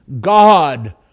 God